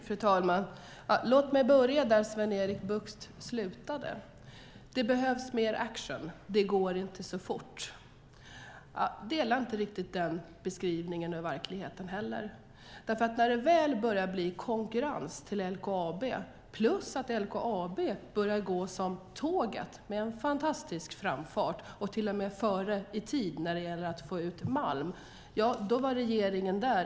Fru talman! Låt mig börja där Sven-Erik Bucht slutade. Det behövs mer action, och det går inte så fort. Jag delar inte riktigt den beskrivningen av verkligheten. När det väl börjar bli konkurrens till LKAB plus att LKAB börjar gå som tåget och med en fantastisk framfart, och till och med ligger före i tid när det gäller att få ut malm, var regeringen där.